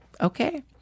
okay